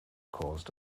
caused